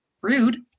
rude